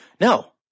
No